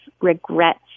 Regrets